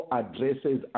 addresses